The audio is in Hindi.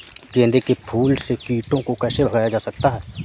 गेंदे के फूल से कीड़ों को कैसे भगाया जा सकता है?